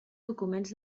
documents